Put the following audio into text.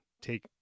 take